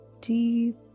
deep